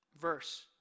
verse